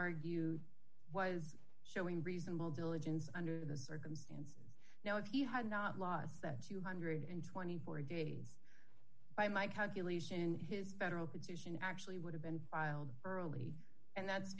argue was showing reasonable diligence under the circumstances now if he had not lost that two hundred and twenty four dollars days by my calculation his federal position actually would have been filed early and that's